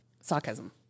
sarcasm